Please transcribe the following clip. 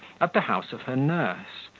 at the house of her nurse,